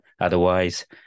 Otherwise